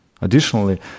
additionally